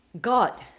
God